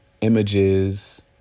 images